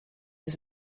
was